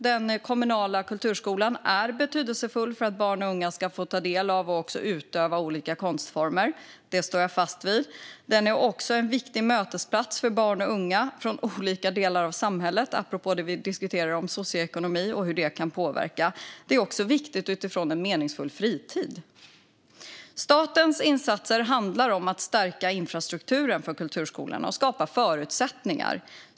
Den kommunala kulturskolan är betydelsefull för att barn och unga ska få ta del av och också utöva olika konstformer. Det står jag fast vid. Kulturskolan är också en viktig mötesplats för barn och unga från olika delar av samhället, apropå att vi har diskuterat påverkan på socioekonomin. Kulturskolan är också viktig med tanke på en meningsfull fritid. Statens insatser handlar om att stärka infrastrukturen för kulturskolan och skapa förutsättningar.